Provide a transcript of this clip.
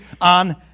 on